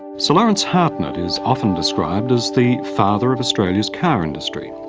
sir laurence hartnett is often described as the father of australia's car industry.